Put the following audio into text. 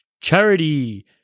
Charity